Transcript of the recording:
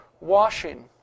washing